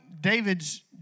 David's